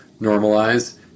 normalize